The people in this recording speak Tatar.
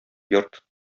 йорт